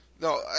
No